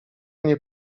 nie